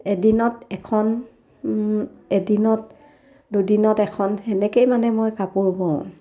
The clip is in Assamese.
এদিনত এখন এদিনত দুদিনত এখন সেনেকৈয়ে মানে মই কাপোৰ বওঁ